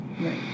Right